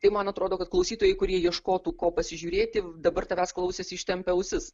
tai man atrodo kad klausytojai kurie ieškotų ko pasižiūrėti dabar tavęs klausėsi ištempę ausis